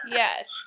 yes